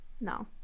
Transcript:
No